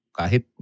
kahit